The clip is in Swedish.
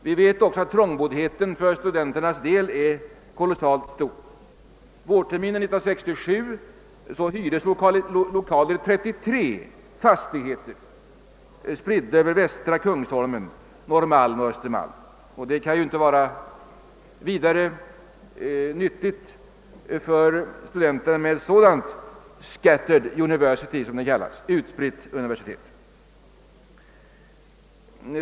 Vi vet att trångboddheten för studenterna nu är kolossal. Vårterminen 1967 hyrdes lokaler i 33 fastigheter, spridda över västra Kungsholmen, Norrmalm och Östermalm. Det kan inte vara särskilt nyttigt för studenterna med ett sådant utspritt universitet, »scattered university» som det kallas.